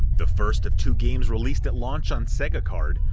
the first of two games released at launch on sega card,